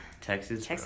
Texas